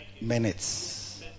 minutes